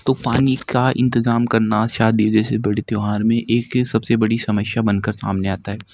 तो पानी का इन्तजाम करना शादी जैसे बड़ी त्योहार में एक यह सबसे बड़ी समस्या बनकर सामने आता है